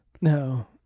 No